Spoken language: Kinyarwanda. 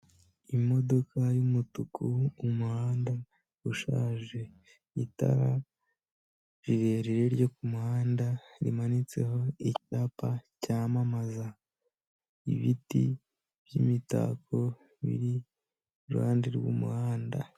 Imodoka y'umutuku, umuhanda ushaje. Itarara rirerire ryo ku muhanda, rimanitseho icyapa cyamamaza. Ibiti by'imitako biri iruhande rw'umuhanda.